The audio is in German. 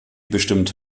bestimmt